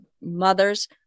mothers